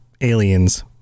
aliens